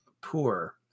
poor